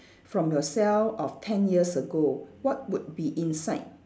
from yourself of ten years ago what would be inside